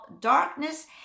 darkness